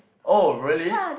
oh really